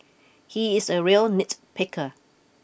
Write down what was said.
he is a real nitpicker